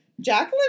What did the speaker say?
Jacqueline